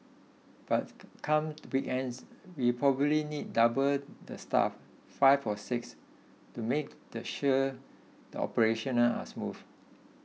but come to weekends we probably need double the staff five or six to make the sure the operations none are smooth